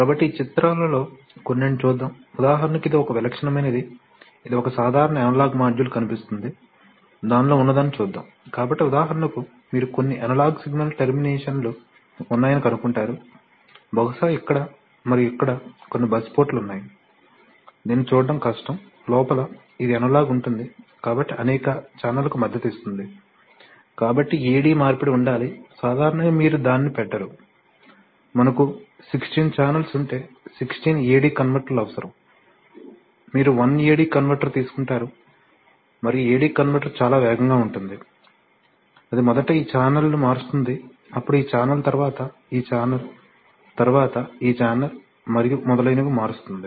కాబట్టి ఈ చిత్రాలలో కొన్నింటిని చూద్దాం ఉదాహరణకు ఇది ఒక విలక్షణమైనది ఇది ఒక సాధారణ అనలాగ్ మాడ్యూల్ కనిపిస్తుంది దానిలో ఉన్నదాన్ని చూద్దాం కాబట్టి ఉదాహరణకు మీరు కొన్ని అనలాగ్ సిగ్నల్ టెర్మినేషన్లు ఉన్నాయని కనుగొంటారు బహుశా ఇక్కడ మరియు ఇక్కడ కొన్ని బస్ పోర్టులు ఉన్నాయి దీన్ని చూడటం కష్టం లోపల ఇది అనలాగ్ ఉంటుంది కాబట్టి అనేక ఛానెల్లకు మద్దతు ఇస్తుంది కాబట్టి AD మార్పిడి ఉండాలి సాధారణంగా మీరు దానిని పెట్టరు మనకు 16 ఛానెల్స్ ఉంటే 16 AD కన్వర్టర్లు అవసరం మీరు 1 AD కన్వర్టర్ తీసుకుంటారు మరియు AD కన్వర్టర్ చాలా వేగంగా ఉంటుంది అది మొదట ఈ ఛానెల్ను మారుస్తుంది అప్పుడు ఈ ఛానెల్ తరువాత ఈ ఛానెల్ తరువాత ఈ ఛానెల్ మరియు మొదలైనవి మారుస్తుంది